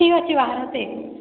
ଠିକ୍ ଅଛି ବାହାର ତେ